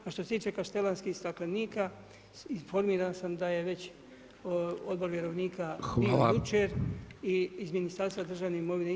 A što se tiče kaštelanskih staklenika, informiran sam da je već odbor vjerovnika bio jučer i iz Ministarstva državne imovine ima